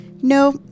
no